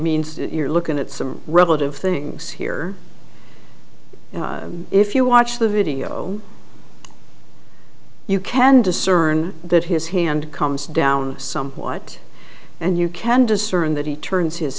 means you're looking at some relative things here if you watch the video you can discern that his hand comes down somewhat and you can discern that he turns his